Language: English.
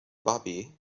bobby